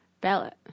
ballot